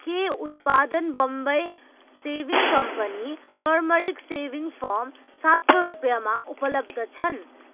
के उत्पादन Bombay shaving company turmeric shaving foam सात सौ रुपियाँमा उपलब्ध छन्